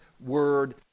word